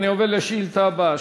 אני עובר לשאילתה הבאה,